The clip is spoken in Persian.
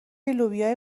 لوبیا